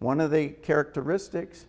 one of the characteristics